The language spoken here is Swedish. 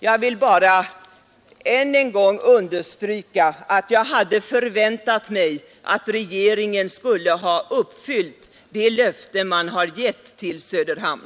Jag vill bara än en gång understryka att jag hade förväntat mig att regeringen skulle ha uppfyllt det löfte man givit till Söderhamn.